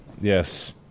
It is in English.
yes